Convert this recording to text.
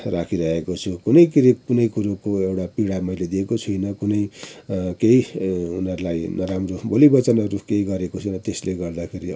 राखिराखेको छु कुनै किरी कुनै कुरोको एउटा मैले पीडा दिएको छुइनँ कुनै केही उनीहरूलाई नराम्रो बोली बचनहरू केही गरेको छुइनँ त्यसले गर्दाखेरि